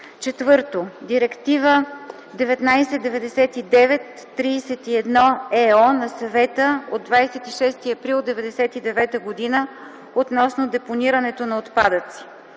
4. Директива 1999/31/ ЕО на Съвета от 26 април 1999 г. относно депонирането на отпадъци.